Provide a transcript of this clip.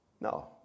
No